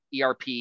ERP